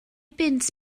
bunt